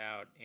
out